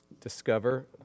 discover